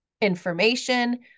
information